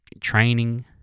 training